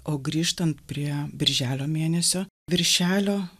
o grįžtant prie birželio mėnesio viršelio